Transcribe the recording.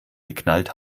geknallt